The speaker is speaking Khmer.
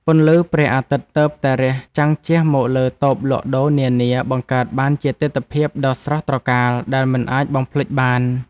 ពន្លឺព្រះអាទិត្យទើបតែរះចាំងជះមកលើតូបលក់ដូរនានាបង្កើតបានជាទិដ្ឋភាពដ៏ស្រស់ត្រកាលដែលមិនអាចបំភ្លេចបាន។